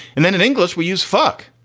and then in english we use fuck.